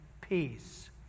peace